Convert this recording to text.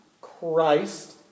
Christ